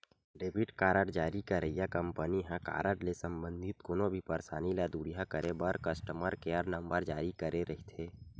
debit card जारी करइया कंपनी ह कारड ले संबंधित कोनो भी परसानी ल दुरिहा करे बर कस्टमर केयर नंबर जारी करे रहिथे